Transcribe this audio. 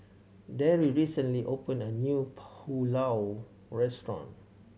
Darry recently opened a new Pulao Restaurant